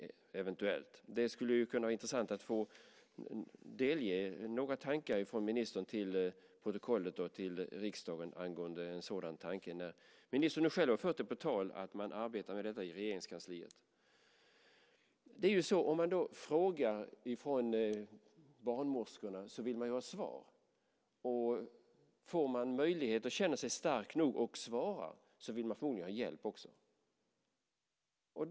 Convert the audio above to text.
Det skulle vara intressant om ministern kunde delge några tankar om detta till protokollet och till riksdagen när nu ministern själv har fört på tal att man arbetar med detta i Regeringskansliet. Om man frågar från barnmorskorna vill man ju ha svar. Får man möjlighet och känner sig stark nog att svara vill man förmodligen också ha hjälp.